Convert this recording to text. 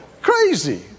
Crazy